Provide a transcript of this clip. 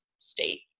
state